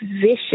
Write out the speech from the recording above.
vicious